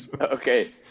Okay